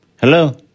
Hello